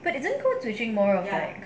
but isn't it call switching more of like